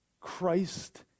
Christ